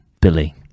billy